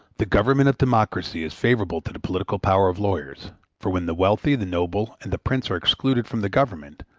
the government of democracy is favorable to the political power of lawyers for when the wealthy, the noble, and the prince are excluded from the government,